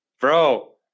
Bro